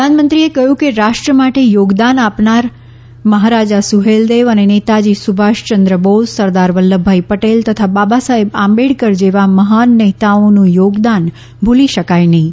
પ્રધાનમંત્રીએ કહ્યું કે રાષ્ટ્ર માટે યોગદાન આપનાર મહારાજા સુહેલદેવ અને નેતાજી સુભાષયંદ્ર બોઝ સરદાર વલ્લભભાઇ પટેલ તથા બાબાસાહેબ આંબેડકર જેવા મહાન નેતાઓનું યોગદાન ભૂલી શકાય નહીં